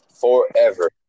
forever